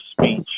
speech